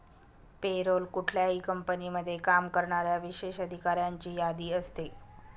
पे role कुठल्याही कंपनीमध्ये काम करणाऱ्या विशेष अधिकाऱ्यांची यादी असते